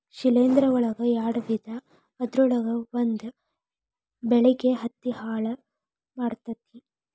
ಶಿಲೇಂಧ್ರ ಒಳಗ ಯಾಡ ವಿಧಾ ಅದರೊಳಗ ಒಂದ ಬೆಳಿಗೆ ಹತ್ತಿ ಹಾಳ ಮಾಡತತಿ